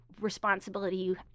responsibility